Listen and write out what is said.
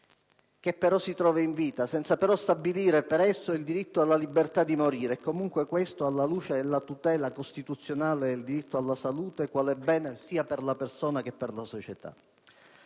del paziente in vita, senza però stabilire per esso il diritto alla libertà di morire e comunque alla luce della tutela costituzionale del diritto alla salute, quale bene per la persona e per la società.